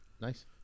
Nice